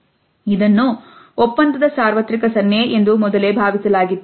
ಇದನ್ನು ಒಪ್ಪಂದದ ಸಾರ್ವತ್ರಿಕ ಸನ್ನೆ ಎಂದು ಮೊದಲೇ ಭಾವಿಸಲಾಗಿತ್ತು